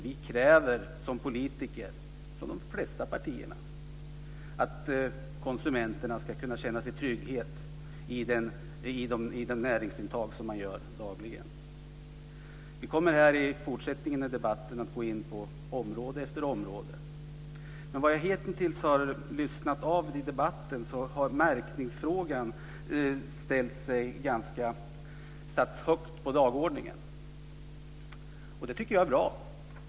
Vi kräver, som politiker i de flesta partier, att konsumenterna ska kunna känna trygghet i det näringsintag man dagligen gör. Vi kommer i fortsättningen av debatten att gå in på område efter område. Men av vad jag hittills har hört av debatten har märkningsfrågan satts högt på dagordningen. Det tycker jag är bra.